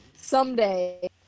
Someday